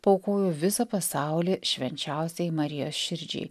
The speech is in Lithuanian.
paaukojo visą pasaulį švenčiausiai marijos širdžiai